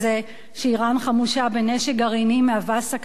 חמושה בנשק גרעיני מהווה סכנה מוחשית,